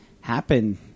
happen